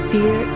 Fear